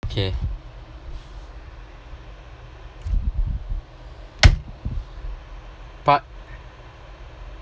okay part